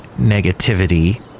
negativity